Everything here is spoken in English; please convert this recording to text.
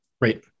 Right